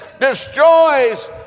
destroys